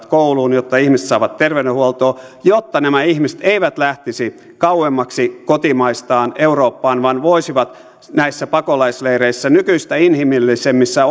kouluun jotta ihmiset saavat terveydenhuoltoa jotta nämä ihmiset eivät lähtisi kauemmaksi kotimaistaan eurooppaan vaan voisivat näissä pakolaisleireissä nykyistä inhimillisemmissä